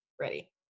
Ready